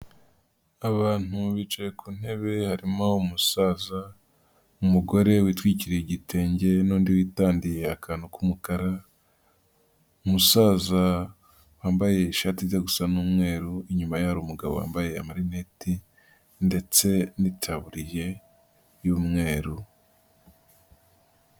Abantu bicaye ku ntebe harimo umusaza, umugore witwikiriye igitenge n'undi witandiye akantu k'umukara. Umusaza wambaye ishati ijya gusa n'umweru. Inyuma ye hari umugabo wambaye amarinete ndetse n'itaburiye y'umweru.